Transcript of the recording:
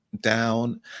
down